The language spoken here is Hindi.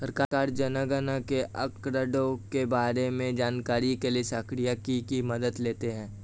सरकार जनगणना के आंकड़ों के बारें में जानकारी के लिए सांख्यिकी की मदद लेते है